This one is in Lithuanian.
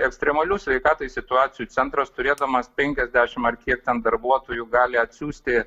ekstremalių sveikatai situacijų centras turėdamas penkiasdešimt ar kiek ten darbuotojų gali atsiųsti